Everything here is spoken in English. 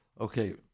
Okay